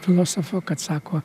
filosofo kad sako